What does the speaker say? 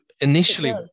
initially